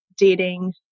dating